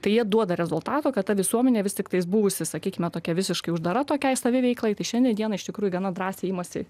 tai jie duoda rezultatų kad ta visuomenė vis tiktais buvusi sakykime tokia visiškai uždara tokiai saviveiklai tai šiandien dieną iš tikrųjų gana drąsiai imasi